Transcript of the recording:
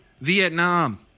Vietnam